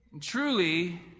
Truly